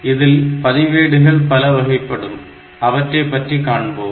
இதில் பதிவேடுகள் பல வகைப்படும் அவற்றை பற்றி காண்போம்